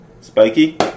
Spiky